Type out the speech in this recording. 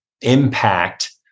impact